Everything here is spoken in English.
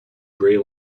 gray